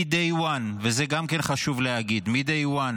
מ-day one, גם את זה חשוב להגיד, מ-day one